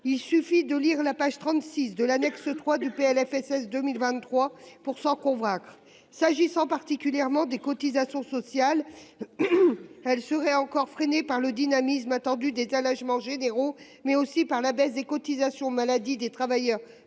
Il suffit de lire la page 36 de l'annexe 3 du PLFSS 2023 pour s'en convaincre. Les cotisations sociales seraient encore freinées par le dynamisme attendu des allègements généraux, mais aussi par la baisse des cotisations maladie des travailleurs